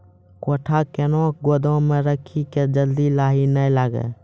गोटा कैनो गोदाम मे रखी की जल्दी लाही नए लगा?